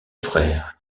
frère